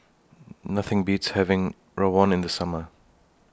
Nothing Beats having Rawon in The Summer